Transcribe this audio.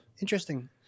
Interesting